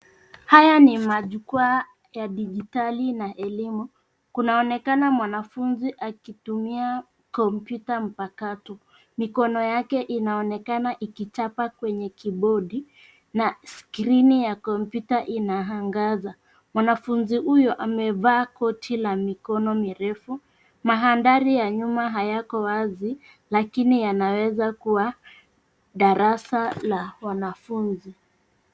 Haya ni majukwaa ya dijitali na elimu. Kunaonekana mwanafunzi akitumia kompyuta mpakato. Mikono yake inaonekana ikichapa kwenye Kibodi na skrini ya kompyuta inaangaza. Mwanafunzi huyo amevaa koti la mikono mirefu. Mandhari ya nyuma hayako wazi lakini yanaweza kuwa darasa la wanafunzi.